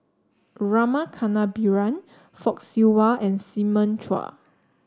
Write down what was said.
Rama Kannabiran Fock Siew Wah and Simon Chua